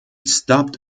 stopped